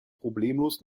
problemlos